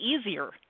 easier